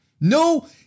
no